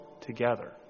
together